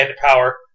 power